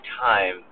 time